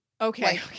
okay